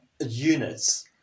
units